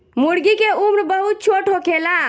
मूर्गी के उम्र बहुत छोट होखेला